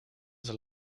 zijn